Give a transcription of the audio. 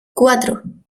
cuatro